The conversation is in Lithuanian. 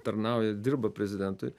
tarnauja dirba prezidentui